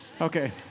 Okay